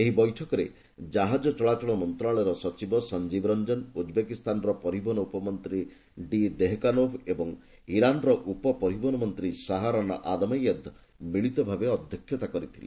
ଏହି ବୈଠକରେ ଜାହାଜ ଚଳାଚଳ ମନ୍ତ୍ରଣାଳୟର ସଚିବ ସଞ୍ଜୀବ ରଞ୍ଜନ ଉକ୍ବେକିସ୍ତାନର ପରିବହନ ଉପମନ୍ତ୍ରୀ ଡି ଦେହେକାନୋଭ ଏବଂ ଇରାନର ଉପ ପରିବହନ ମନ୍ତ୍ରୀ ସାହାରାନ୍ ଆଦମାନେଯାଦ୍ ମିଳିତଭାବେ ଅଧ୍ୟକ୍ଷତା କରିଥିଲେ